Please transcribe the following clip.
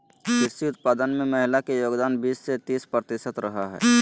कृषि उत्पादन में महिला के योगदान बीस से तीस प्रतिशत रहा हइ